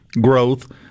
growth